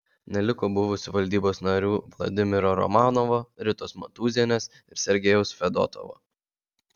neliko buvusių valdybos narių vladimiro romanovo ritos matūzienės ir sergejaus fedotovo